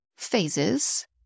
phases